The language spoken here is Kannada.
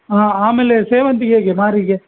ಹಾಂ ಆಮೇಲೆ ಸೇವಂತಿಗೆ ಹೇಗೆ ಮಾರಿಗೆ